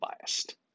biased